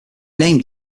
named